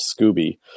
Scooby